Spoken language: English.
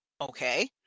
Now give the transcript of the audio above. Okay